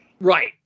right